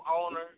owner